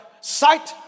sight